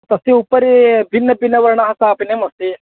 तस्य उपरि भिन्नभिन्नवर्णः स्थापनीमस्ति